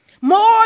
More